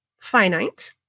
finite